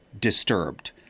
disturbed